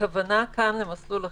הכוונה כאן למסלול אחר.